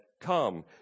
come